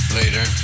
later